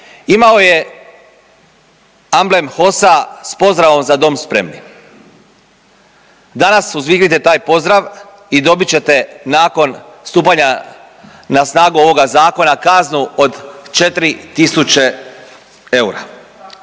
Imao je amblem HOS-a s pozdravom „Za dom spremni“. Danas uzviknite taj pozdrav i dobit ćete nakon stupanja na snagu ovoga zakona kaznu od 4.000 eura.